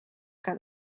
que